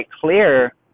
clear